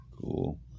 Cool